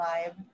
Live